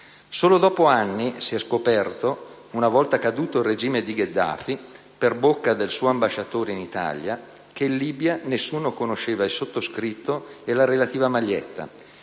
Solo dopo anni si è scoperto, una volta caduto il regime di Gheddafi, per bocca del suo ambasciatore in Italia, che in Libia nessuno conosceva il sottoscritto e la relativa maglietta,